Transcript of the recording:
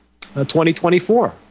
2024